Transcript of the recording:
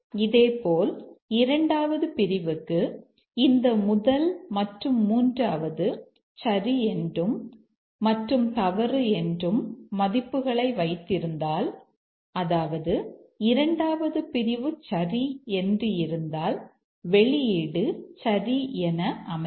இதேபோல் இரண்டாவது பிரிவுக்கு இந்த முதல் மற்றும் மூன்றாவது சரி என்றும் மற்றும் தவறு என்றும் மதிப்புகளை வைத்திருந்தால் அதாவது இரண்டாவது பிரிவு சரி என்று இருந்தால் வெளியீடு சரி என அமையும்